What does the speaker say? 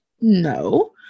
No